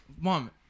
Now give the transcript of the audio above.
Mom